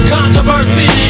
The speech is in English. Controversy